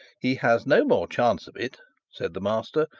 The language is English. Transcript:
he has no more chance of it said the master,